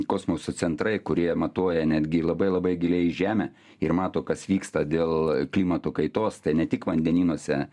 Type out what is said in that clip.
kosmoso centrai kurie matuoja netgi labai labai giliai į žemę ir mato kas vyksta dėl klimato kaitos tai ne tik vandenynuose